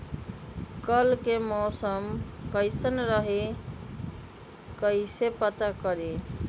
कल के मौसम कैसन रही कई से पता करी?